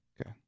Okay